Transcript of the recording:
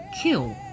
kill